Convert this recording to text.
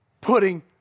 putting